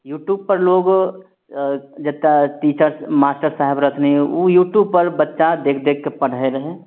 YouTube पर लोग जतय टीचर्स मास्टर साहब रहिथन उ यूट्युबपर बच्चा देख देख कऽ पढ़य रहय